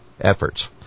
efforts